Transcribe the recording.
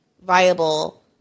viable